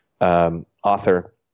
author